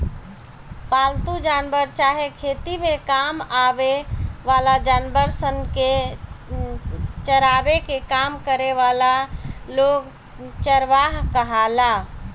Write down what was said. पालतू जानवर चाहे खेती में काम आवे वाला जानवर सन के चरावे के काम करे वाला लोग चरवाह कहाला